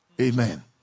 Amen